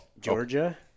Georgia